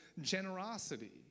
generosity